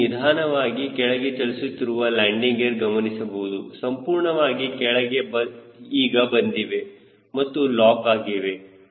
ನೀವು ನಿಧಾನವಾಗಿ ಕೆಳಗೆ ಚಲಿಸುತ್ತಿರುವ ಲ್ಯಾಂಡಿಂಗ್ ಗೇರ್ ಗಮನಿಸಬಹುದು ಸಂಪೂರ್ಣವಾಗಿ ಕೆಳಗೆ ಈಗ ಬಂದಿವೆ ಮತ್ತು ಲಾಕ್ ಆಗಿವೆ